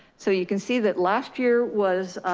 so you can see that last year was